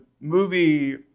movie